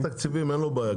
אגף תקציבים אין לו בעיה,